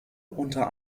unter